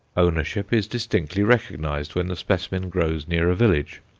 ownership is distinctly recognized when the specimen grows near a village.